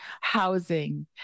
housing